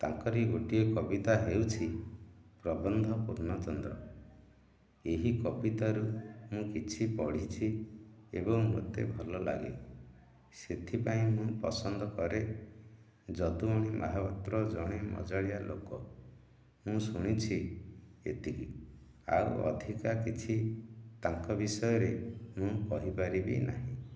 ତାଙ୍କରି ଗୋଟିଏ କବିତା ହେଉଛି ପ୍ରବନ୍ଧ ପୂର୍ଣ୍ଣଚନ୍ଦ୍ର ଏହି କବିତାରୁ ମୁଁ କିଛି ପଢ଼ିଛି ଏବଂ ମୋତେ ଭଲ ଲାଗେ ସେଥିପାଇଁ ମୁଁ ପସନ୍ଦ କରେ ଯଦୁମଣି ମହାପାତ୍ର ଜଣେ ମଜାଳିଆ ଲୋକ ମୁଁ ଶୁଣିଛି ଏତିକି ଆଉ ଅଧିକ କିଛି ତାଙ୍କ ବିଷୟରେ ମୁଁ କହିପାରିବି ନାହିଁ